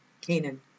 Canaan